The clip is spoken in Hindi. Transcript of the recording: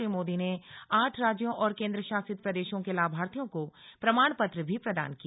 श्री मोदी ने आठ राज्यों और केन्द्रशासित प्रदेशों के लाभार्थियों को प्रमाण पत्र भी प्रदान किया